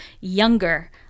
Younger